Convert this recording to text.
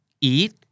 eat